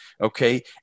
Okay